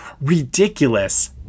ridiculous